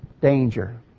danger